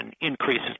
increases